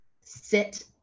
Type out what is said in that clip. sit